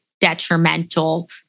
detrimental